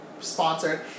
sponsored